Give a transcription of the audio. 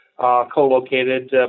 co-located